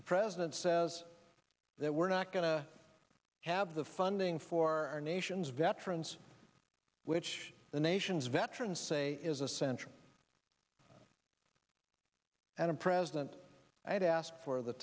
the president says that we're not going to have the funding for our nation's veterans which the nation's veterans say is essential and a president i'd ask for the